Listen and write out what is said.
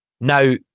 Now